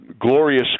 glorious